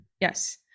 Yes